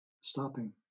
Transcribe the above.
stopping